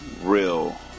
real